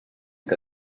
que